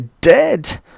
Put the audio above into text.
dead